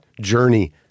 journey